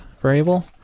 variable